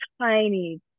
tiny